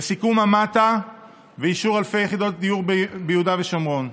בסיכום המת"ע ובאישור אלפי יחידות דיור ביהודה ושומרון,